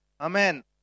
Amen